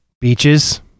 beaches